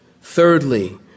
Thirdly